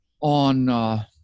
on